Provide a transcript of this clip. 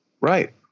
Right